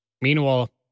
Meanwhile